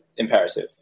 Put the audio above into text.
imperative